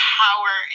power